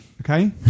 Okay